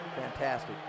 Fantastic